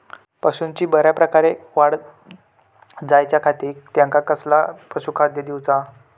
पशूंची बऱ्या प्रकारे वाढ जायच्या खाती त्यांका कसला पशुखाद्य दिऊचा?